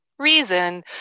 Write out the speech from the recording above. reason